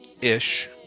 ish